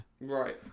right